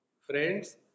Friends